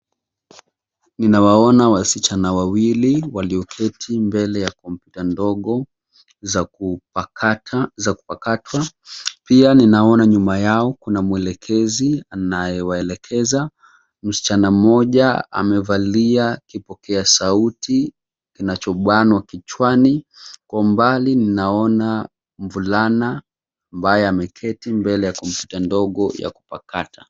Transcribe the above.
Ninawaona wasichana wawili walio keti mbele ya kompyuta ndogo za kupakatwa. Pia naona nyuma yao kuna mwelekezi anayewaelekeza, msichana mmoja amevalia kipokea sauti kinachobanwa kichwani. Kwa umbali ninaona mvulana ambaye ameketi mbele ya kompyuta ndogo ya kupakata.